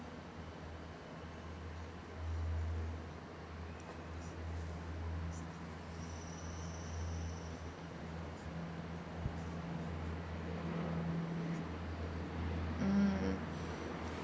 mm